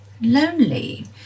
lonely